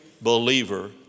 believer